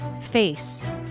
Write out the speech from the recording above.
face